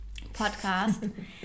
podcast